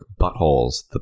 buttholes